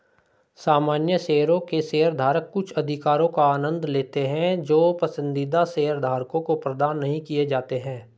सामान्य शेयरों के शेयरधारक कुछ अधिकारों का आनंद लेते हैं जो पसंदीदा शेयरधारकों को प्रदान नहीं किए जाते हैं